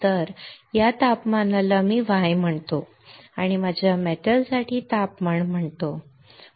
तर या तापमानाला मी Y म्हणतो आणि माझ्या धातूसाठी तापमान म्हणतो बरोबर